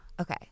okay